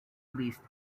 released